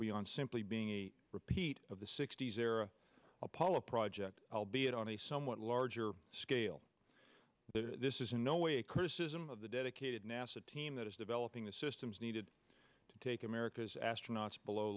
beyond simply being a repeat of the sixty's era apollo project albeit on a somewhat larger scale this is in no way a criticism of the dedicated nasa team that is developing the systems needed to take america's astronauts below